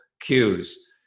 cues